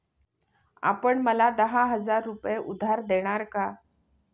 आपण मला दहा हजार रुपये उधार देणार का?